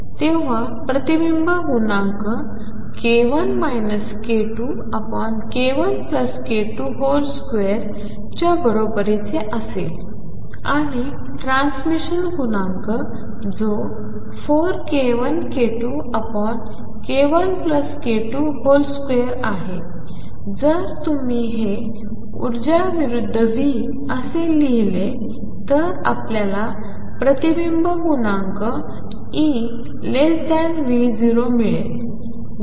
तेव्हा प्रतिबिंब गुणांक k1 k2 k1k22 च्या बरोबरीचा असेल आणि ट्रान्समिशन गुणांक जो 4k1k2 k1k22 आहे जर तुम्ही हे ऊर्जा विरुद्ध V असे लिहिले तर आपल्याला प्रतिबिंब गुणांक EV0मिळेल